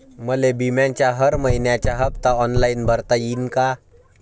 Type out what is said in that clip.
मले बिम्याचा हर मइन्याचा हप्ता ऑनलाईन भरता यीन का?